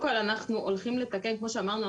כמו שאמרנו,